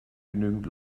genügend